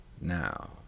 now